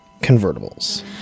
convertibles